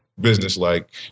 business-like